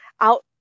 out